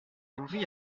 henri